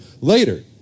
later